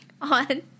on